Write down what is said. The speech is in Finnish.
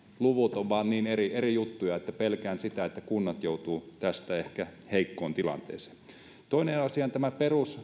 luvut ovat vaan niin eri eri juttuja että pelkään sitä että kunnat joutuvat tästä ehkä heikkoon tilanteeseen toinen asia on tämä